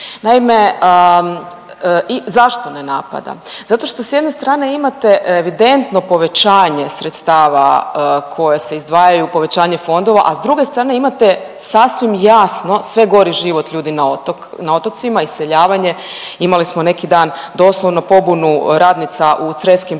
Naime, zašto ne napada? Zato što s jedne strane imate evidentno povećanje sredstava koje se izdvajaju povećanje fondova, a s druge strane imate sasvim jasno sve gori život ljudi na otocima, iseljavanje. Imali smo neki dan doslovno pobunu radnica u creskim Plodinama